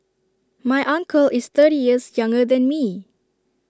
my uncle is thirty years younger than me